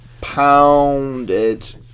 pounded